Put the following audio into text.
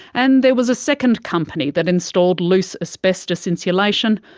and there was a second company that installed loose asbestos insulation,